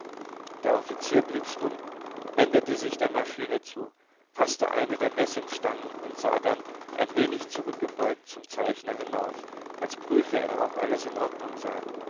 der offizier blieb stumm wendete sich der maschine zu faßte eine der messingstangen und sah dann ein wenig zurückgebeugt zum zeichner hinauf als prüfe er ob alles in ordnung sei